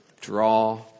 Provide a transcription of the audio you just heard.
draw